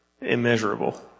Immeasurable